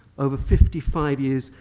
over fifty five years,